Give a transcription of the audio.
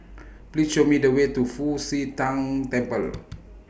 Please Show Me The Way to Fu Xi Tang Temple